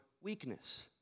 weakness